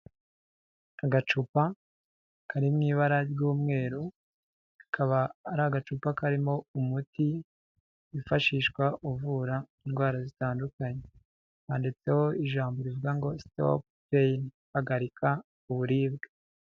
Agacupa karimo ibara ry'umweru, kakaba ari agacupa karimo umuti wifashishwa uvura indwara zitandukanye, kanditseho ijambo rivuga ngo stop pain, hagarika uburibwe.